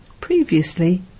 Previously